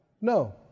no